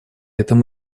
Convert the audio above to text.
этом